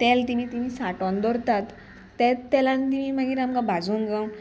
तेल तिमी ती साठोन दवरतात ते तेलान तिणें मागीर आमकां भाजून जावन